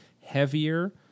heavier